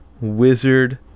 wizard